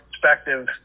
perspective